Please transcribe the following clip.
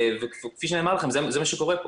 כפי שנאמר לכם, זה מה שקורה פה.